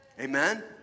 Amen